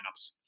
lineups